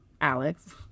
Alex